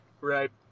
Right